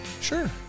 Sure